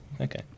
Okay